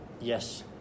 yes